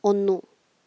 ഒന്നു